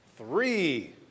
Three